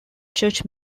church